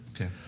okay